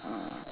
ah